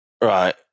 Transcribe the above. right